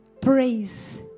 Praise